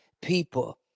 people